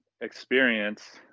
experience